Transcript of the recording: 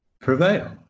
prevail